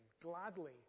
gladly